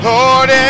Lord